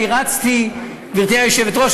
גברתי היושבת-ראש,